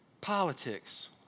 politics